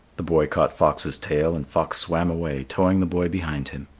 the boy caught fox's tail and fox swam away, towing the boy behind him.